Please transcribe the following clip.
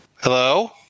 Hello